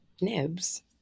Nibs